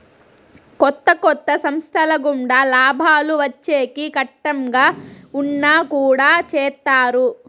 కొత్త కొత్త సంస్థల గుండా లాభాలు వచ్చేకి కట్టంగా ఉన్నా కుడా చేత్తారు